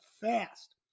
fast